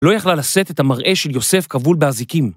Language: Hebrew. לא יכלה לשאת את המראה של יוסף כבול באזיקים.